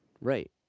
right